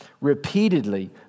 Repeatedly